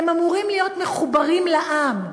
הם אמורים להיות מחוברים לעם.